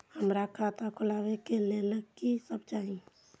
हमरा खाता खोलावे के लेल की सब चाही?